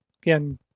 Again